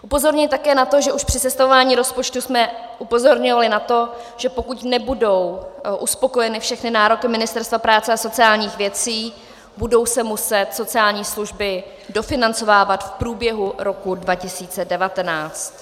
Upozorňuji také na to, že už při sestavování rozpočtu jsme upozorňovali na to, že pokud nebudou uspokojeny všechny nároky Ministerstva práce a sociálních věcí, budou se muset sociální služby dofinancovávat v průběhu roku 2019.